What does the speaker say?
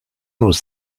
was